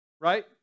Right